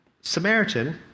Samaritan